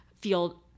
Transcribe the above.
feel